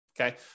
Okay